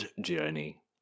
Journey